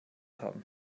haben